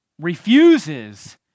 refuses